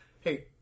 Hey